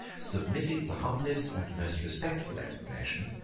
submitted the humblest and most respectful explanations,